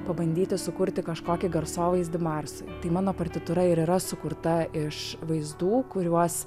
pabandyti sukurti kažkokį garsovaizdį marsui tai mano partitūra ir yra sukurta iš vaizdų kuriuos